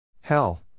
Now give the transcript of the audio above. Hell